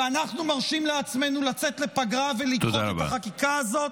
ואנחנו מרשים לעצמנו לצאת לפגרה ולדחות את החקיקה הזאת?